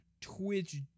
Twitch